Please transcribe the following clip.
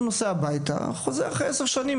נוסע הביתה וחוזר אחרי עשר שנים,